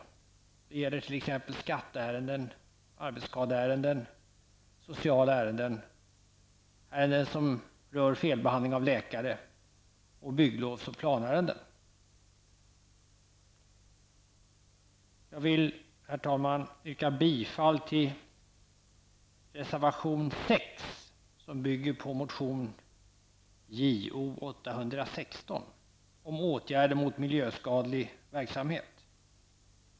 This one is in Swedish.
Det gäller t.ex. skatteärenden, arbetsskadeärenden, sociala ärenden, ärenden som rör felbehandling av läkare, samt bygglovs och planärenden. Jag vill, herr talman, yrka bifall till reservation 6, som bygger på motion Jo816 om åtgärder mot miljöskadlig verksamhet.